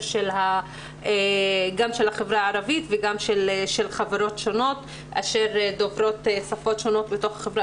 גם של החברה הערבית וגם של חברות שונות שדוברות שפות שונות בחברה,